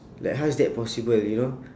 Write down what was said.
like how is that possible you know